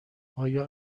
آیا